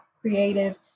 creative